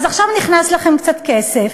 אז עכשיו נכנס לכם קצת כסף,